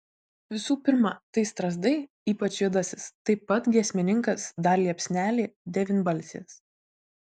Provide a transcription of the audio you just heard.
visų pirma tai strazdai ypač juodasis taip pat giesmininkas dar liepsnelė devynbalsės